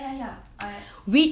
ya ya ya